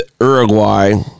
Uruguay